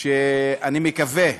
ואני מקווה,